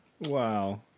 Wow